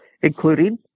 including